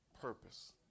purpose